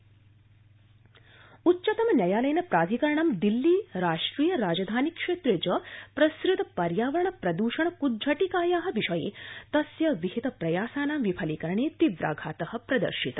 उच्चतम न्यायालय उच्चतम न्यायालयेन प्राधिकरण दिल्ली राष्ट्रिय राजधानी क्षेत्रे च प्रसुत पर्यावरण प्रदृषण कृज्झिटिकाया विषये तस्य विहिता प्रयासानां विफलीकरणे तीव्राघात प्रदर्शित